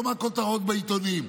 לא מהכותרות בעיתונים.